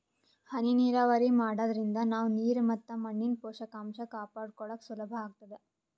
ಹನಿ ನೀರಾವರಿ ಮಾಡಾದ್ರಿಂದ ನಾವ್ ನೀರ್ ಮತ್ ಮಣ್ಣಿನ್ ಪೋಷಕಾಂಷ ಕಾಪಾಡ್ಕೋಳಕ್ ಸುಲಭ್ ಆಗ್ತದಾ